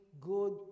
good